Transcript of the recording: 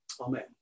Amen